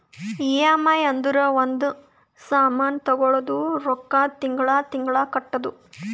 EMI ಅಂದುರ್ ಒಂದ್ ಸಾಮಾನ್ ತಗೊಳದು ರೊಕ್ಕಾ ತಿಂಗಳಾ ತಿಂಗಳಾ ಕಟ್ಟದು